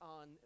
on